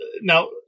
now